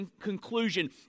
conclusion